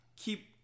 Keep